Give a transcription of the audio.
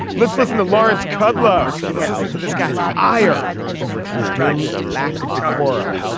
let's listen to lawrence kudlow. let's listen to this guy's ire over trudeau's lack of decorum.